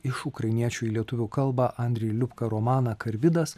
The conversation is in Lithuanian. iš ukrainiečių į lietuvių kalbą andrei liubka romaną karbidas